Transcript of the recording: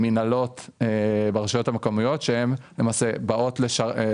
מינהלות ברשויות המקומיות בהיקף